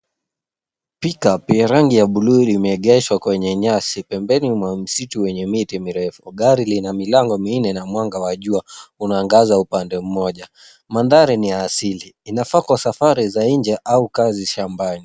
Pickup ya rangi ya bluu limeegeshwa kwenye nyasi pembeni mwa msitu wenye miti mirefu. Gari lina milango minne na mwanga wa jua unaangaza upande mmoja. Mandhari ni ya asili. Inafaa kwa safari za nje au kazi shambani.